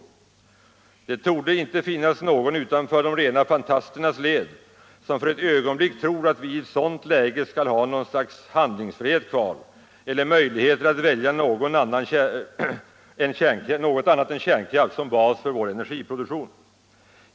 Det torde inte finnas någon utanför de rena fantasternas led som för ett ögonblick tror att vi i ett sådant läge skulle ha något slags handlingsfrihet eller möjligheter att välja något annat än kärnkraft som bas för vår energiproduktion.